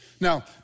Now